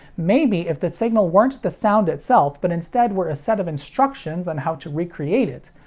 maybe if the signal weren't the sound itself, but instead were a set of instructions on how to recreate it,